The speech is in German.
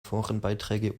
forenbeiträge